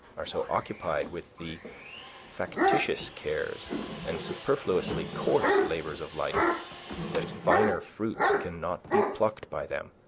are so occupied with the factitious cares and superfluously coarse labors of life that its finer fruits cannot be plucked by them.